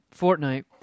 Fortnite